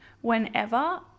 whenever